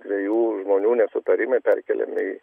dviejų žmonių nesutarimai perkeliami į